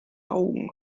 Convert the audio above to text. augen